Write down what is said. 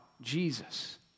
Jesus